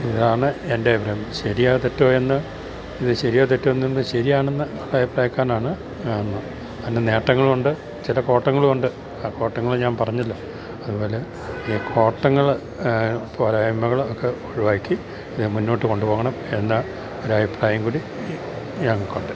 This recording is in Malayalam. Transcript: ഇതാണ് എൻ്റെ അഭിപ്രായം ശരിയാ ഇതു ശരിയോ തെറ്റോ എന്നാല് ശരിയാണെന്ന് അഭിപ്രായക്കാരനാണ് എന്നാല് നേട്ടങ്ങളുണ്ട് ചുല കോട്ടങ്ങളുമുണ്ട് ആ കോട്ടങ്ങള് ഞാൻ പറഞ്ഞല്ലോ അതുപോലെ ഈ കോട്ടങ്ങള് പോരായ്മകള് ഒക്കെ ഒഴിവാക്കി ഇത് മുന്നോട്ടു കൊണ്ടുപോകണം എന്ന ഒരഭിപ്രായം കൂടി ഞങ്ങള്ക്കുണ്ട്